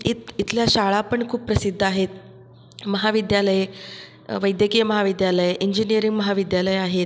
इथ् इथल्या शाळा पण खूप प्रसिद्ध आहेत महाविद्यालये वैद्यकीय महाविद्यालय इंजिनिअरिंग महाविद्यालय आहेत